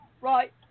right